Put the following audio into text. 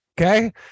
Okay